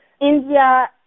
India